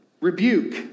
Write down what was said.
rebuke